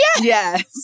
Yes